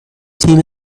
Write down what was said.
تیم